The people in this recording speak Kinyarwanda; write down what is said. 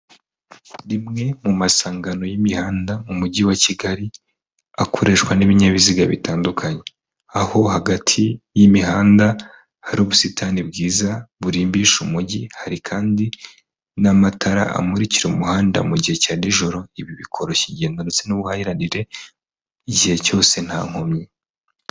Rimwe mu masangano y'imihanda mu mujyi wa Kigali akoreshwa n'ibinyabiziga bitandukanye. Aho hagati y'imihanda hari ubusitani bwiza burimbisha umujyi, hari kandi n'amatara amurikira umuhanda mu gihe cya nijoro, ibi bikoroshya ingenda ndetse n'ubuhahiranire igihe cyose nta nkomyi.